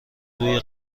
روی